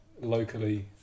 locally